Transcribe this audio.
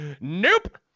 Nope